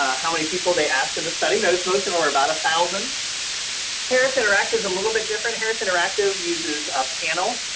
how many people, they asked to the study those most of them are about one thousand harris interactive a little bit different. harris interactive uses a panel.